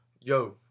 Yo